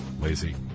lazy